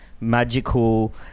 magical